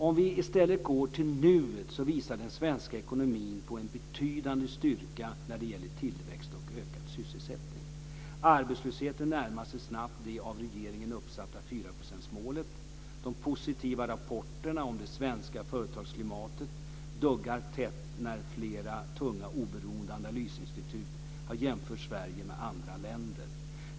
Om vi i stället går till nuet så visar den svenska ekonomin på en betydande styrka när det gäller tillväxt och ökad sysselsättning. Arbetslösheten närmar sig snabbt det av regeringen uppsatta 4 procentsmålet. De positiva rapporterna om det svenska företagsklimatet duggar tätt när flera tunga oberoende analysinstitut har jämfört Sverige med andra länder.